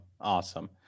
Awesome